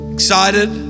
Excited